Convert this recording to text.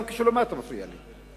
וגם כשהוא למטה הוא מפריע לי.